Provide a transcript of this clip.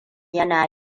yana